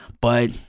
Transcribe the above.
But-